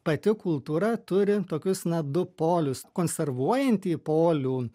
pati kultūra turi tokius na du polius konservuojantį polių